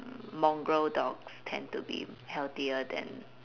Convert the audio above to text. mongrel dogs tend to be healthier than